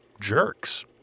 jerks